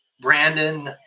Brandon